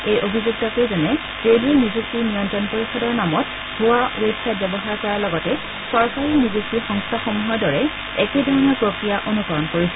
এই অভিযুক্তকেইজনে ৰেলৱে নিযুক্তি নিয়ন্ত্ৰণ পৰিষদৰ নামত ভূবা ৱেব ছাইট ব্যৱহাৰ কৰাৰ লগতে চৰকাৰী নিযুক্তি সংস্থাসমূহৰ দৰে একেধৰণৰ প্ৰক্ৰিয়া অনুকৰণ কৰিছিল